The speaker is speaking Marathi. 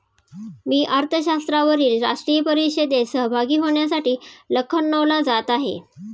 मी अर्थशास्त्रावरील राष्ट्रीय परिषदेत सहभागी होण्यासाठी लखनौला जात आहे